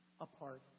apart